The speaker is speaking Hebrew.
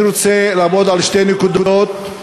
אני רוצה לעמוד על שתי נקודות,